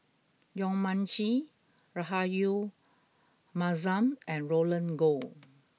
Yong Mun Chee Rahayu Mahzam and Roland Goh